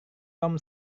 tom